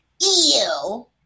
ew